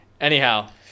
anyhow